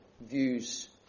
views